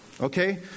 Okay